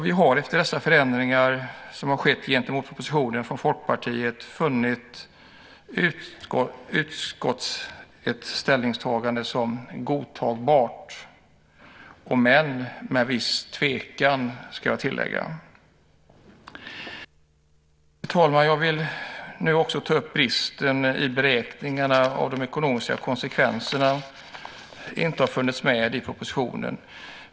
Vi har efter dessa förändringar som har skett från Folkpartiet gentemot propositionen funnit utskottets ställningstagande godtagbart, om än med viss tvekan, ska jag tillägga. Fru talman! Jag vill ta upp bristen att beräkningarna av de ekonomiska konsekvenserna inte har funnits med i propositionen.